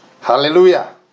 Hallelujah